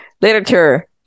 Literature